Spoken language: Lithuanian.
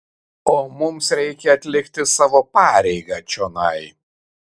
o mums reikia atlikti savo pareigą čionai